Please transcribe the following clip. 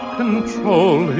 control